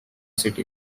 city